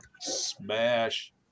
smash